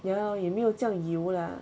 ya lor 也没有这样油 lah